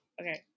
Okay